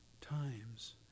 times